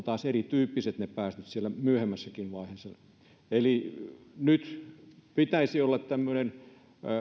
taas erityyppiset siellä myöhemmässä vaiheessa nyt pitäisi olla